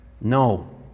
No